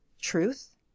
truth